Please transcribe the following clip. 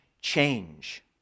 change